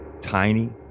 tiny